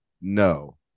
no